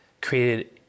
created